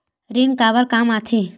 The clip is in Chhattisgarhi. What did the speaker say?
ऋण काबर कम आथे?